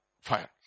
fire